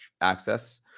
access